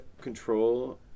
control